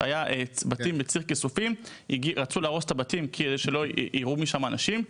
היו בתים בציר כיסופים שרצו להרוס כדי שלא להסתכן שיירו משם על אנשים,